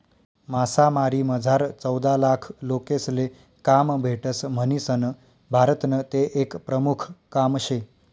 मासामारीमझार चौदालाख लोकेसले काम भेटस म्हणीसन भारतनं ते एक प्रमुख काम शे